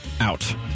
out